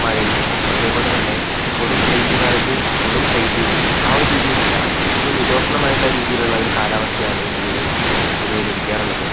മഴയും അതേപോലെ തന്നെ കൊടും ശൈത്യ കാലത്ത് കൊടും ശൈത്യവും ആ ഒരു രീതിയിലല്ല ഒരു മിതോഷ്ണമായിട്ടുള്ള രീതിയിലുള്ള ഒരു കാലാവസ്ഥയാണ് ഇന്ത്യയില് പൊതുവെ ലഭിക്കാറുള്ളത്